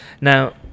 Now